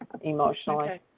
emotionally